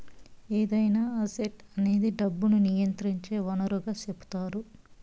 ఏదైనా అసెట్ అనేది డబ్బును నియంత్రించే వనరుగా సెపుతారు